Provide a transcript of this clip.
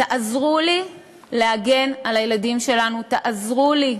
תעזרו לי להגן על הילדים שלנו, תעזרו לי,